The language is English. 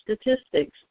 statistics